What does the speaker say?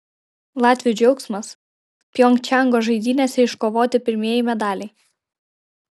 latvių džiaugsmas pjongčango žaidynėse iškovoti pirmieji medaliai